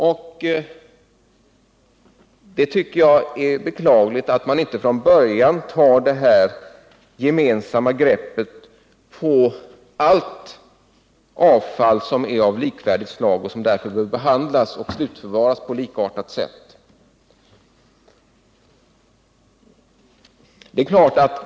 Jag tycker det är beklagligt att man inte från början tar det här gemensamma greppet kring allt avfall som är av likvärdigt slag och som därför bör behandlas och slutförvaras på likartat sätt.